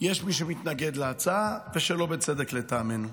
יש מי שמתנגד להצעה, ושלא בצדק, לטעמנו.